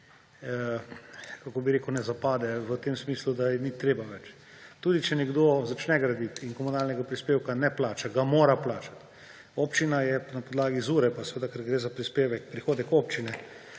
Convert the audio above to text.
kako bi rekel, ne zapade v tem smislu, da je ni več treba. Tudi če nekdo začne graditi in komunalnega prispevka ne plača, ga mora plačati, občina je na podlagi ZUreP, ker gre seveda za prispevek, prihodek občine,